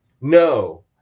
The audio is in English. No